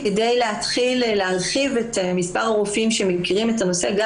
כדי להתחיל ולהרחיב את מספר הרופאים שמכירים את הנושא גם